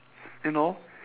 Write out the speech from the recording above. you know